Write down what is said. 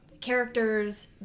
characters